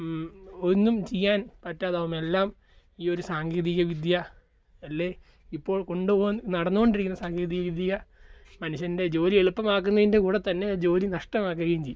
ഒന്നും ചെയ്യാൻ പറ്റാതാവും എല്ലാം ഈ ഒരു സാങ്കേതിക വിദ്യ അല്ലെങ്കിൽ ഇപ്പോൾ കൊണ്ടുപോവാൻ നടന്നുകൊണ്ടിരിക്കുന്ന സാങ്കേതിക വിദ്യ മനുഷ്യൻ്റെ ജോലി എളുപ്പമാക്കുന്നതിൻ്റെ കൂടെ തന്നെ ആ ജോലി നഷ്ടമാക്കുകയും ചെയ്യും